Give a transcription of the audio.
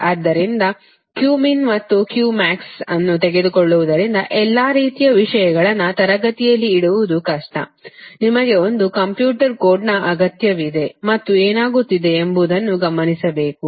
ಆದ್ದರಿಂದ Qmin ಮತ್ತು Qmax ಅನ್ನು ತೆಗೆದುಕೊಳ್ಳುವುದರಿಂದ ಎಲ್ಲಾ ರೀತಿಯ ವಿಷಯಗಳನ್ನು ತರಗತಿಯಲ್ಲಿ ಇಡುವುದು ಕಷ್ಟ ನಿಮಗೆ ಒಬ್ಬರು ಬರೆಯಬೇಕಾದ ಕಂಪ್ಯೂಟರ್ ಕೋಡ್ ಅಗತ್ಯವಿದೆ ಮತ್ತು ಏನಾಗುತ್ತಿದೆ ಎಂಬುದನ್ನು ಗಮನಿಸಬೇಕು